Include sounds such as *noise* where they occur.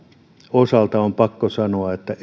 osalta on pakko sanoa että *unintelligible*